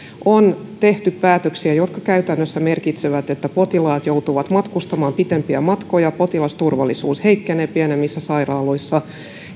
on tehty päätöksiä jotka käytännössä merkitsevät että potilaat joutuvat matkustamaan pitempiä matkoja potilasturvallisuus heikkenee pienemmissä sairaaloissa